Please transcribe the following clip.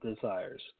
desires